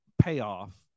payoff